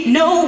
no